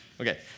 Okay